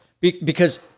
Because-